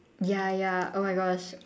ya ya oh my gosh